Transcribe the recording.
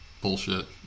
bullshit